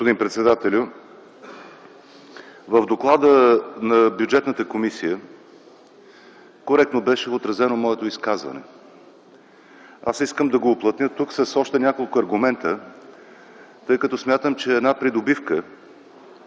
Ви, господин председател! В доклада на Бюджетната комисия коректно беше отразено моето изказване. Аз искам да го уплътня тук с още няколко аргумента, тъй като смятам, че е една придобивка